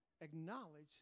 Acknowledge